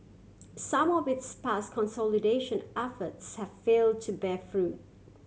some of its past consolidation efforts have fail to bear fruit